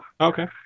Okay